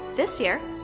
this year,